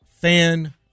fan